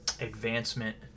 advancement